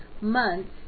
months